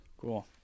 Cool